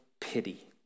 pity